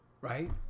right